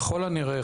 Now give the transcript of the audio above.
ככל הנראה,